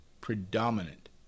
predominant